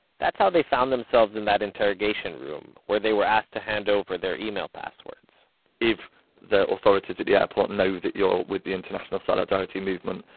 that's how they found themselves in that interrogation room where they asked to hand over their email passwords if the authorities at the airport know that you are with the international solidarity movement,